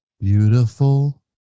beautiful